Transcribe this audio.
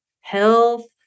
health